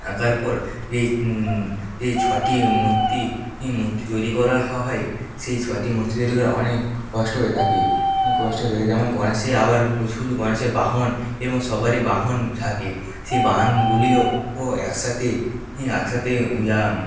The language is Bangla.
আঁকার পর যে এই ছটি মূর্তি এই মূর্তি তৈরি করা হা হয় সেই ছটি মূর্তি তৈরি করা অনেক কষ্ট হয়ে থাকে কষ্ট হয়ে থাকে যেমন গণেশের আবার প্রচুর গণেশের বাহন এবং সবারই বাহন থাকে সেই বাহনগুলিও ও একসাথে একসাথে যা